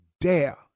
dare